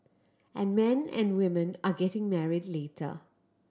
and men and women are getting married later